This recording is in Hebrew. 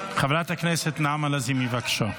חברת הכנסת נעמה לזימי, בבקשה.